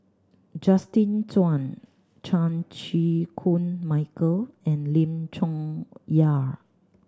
Justin Zhuang Chan Chew Koon Michael and Lim Chong Yah